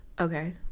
okay